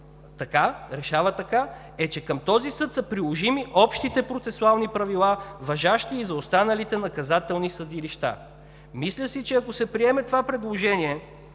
решава така, е, че към този съд са приложими общите процесуални правила, важащи и за останалите наказателни съдилища. Мисля си, че ако се приеме това предложение